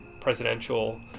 presidential